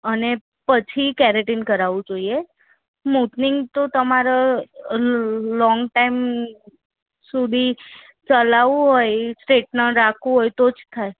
અને પછી કેરેટીન કરાવવું જોઈએ સ્મૂથનિંગ તો તમારે લોંગ ટાઇમ સુધી ચલાવવું હોય સ્ટ્રેટનર રાખવું હોય તો જ થાય